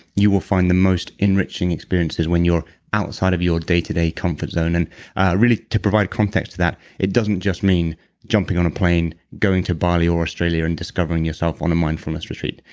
you will find the most enriching experiences when you're outside of your day to day comfort zone. and really to provide context to that, it doesn't just mean jumping on a plane, going to bali or australia and discovering yourself on a mindfulness retreat.